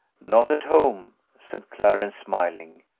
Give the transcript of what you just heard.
not at home, said clarence, smiling.